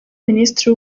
minisitiri